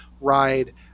ride